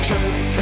truth